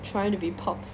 trying to be pops